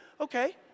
okay